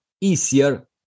easier